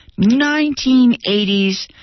1980s